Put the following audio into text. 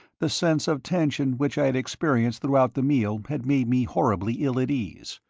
the sense of tension which i had experienced throughout the meal had made me horribly ill at ease.